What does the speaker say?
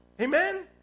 Amen